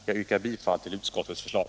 Jag yrkar bifall till utskottets förslag.